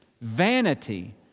Vanity